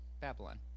Babylon